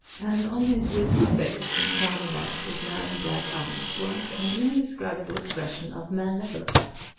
and on his wizened face and shining out of his narrow black eyes was an indescribable expression of malevolence.